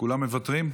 כולם מוותרים?